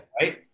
Right